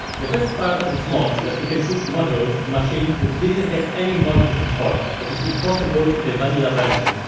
the best part of this mod is that you can put modules to machines which didn't have any modules before what is impossible in the vanilla version.